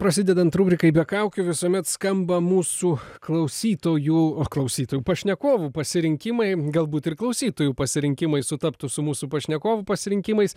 prasidedant rubrikai be kaukių visuomet skamba mūsų klausytojų o klausytojų pašnekovų pasirinkimai galbūt ir klausytojų pasirinkimai sutaptų su mūsų pašnekovų pasirinkimais